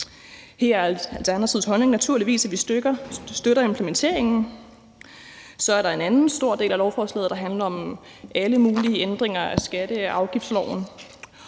Her er Alternativets holdning naturligvis, at vi støtter implementeringen. Så er der en anden stor del af lovforslaget, der handler om alle mulige ændringer af skatte- og afgiftsloven.